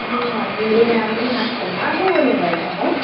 ए हजुर मेरो नाम रिमा शर्मा को बोल्नु भयो तपाईँ